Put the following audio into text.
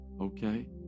Okay